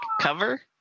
cover